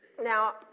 Now